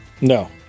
No